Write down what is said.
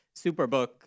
Superbook